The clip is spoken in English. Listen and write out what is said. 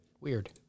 Weird